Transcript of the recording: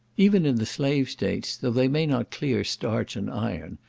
even in the slave states, though they may not clear-starch and iron,